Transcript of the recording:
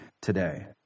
today